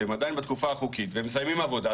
שהם עדיין בתקופה החוקית והם מסיימים עבודה,